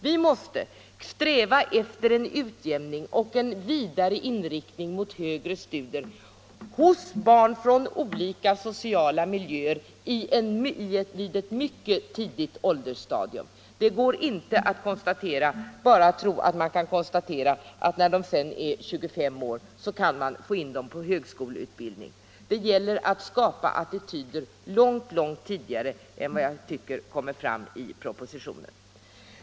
Vi måste sträva efter en utjämning och en vidare inriktning på högre studier hos barn från olika sociala miljöer på ett mycket tidigt åldersstadium. Det går inte att bara tro att när de är 25 år kan man få in dem på högskoleutbildning. Det gäller att skapa attityder långt tidigare än vad som kommer fram i propositionen.